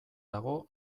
dago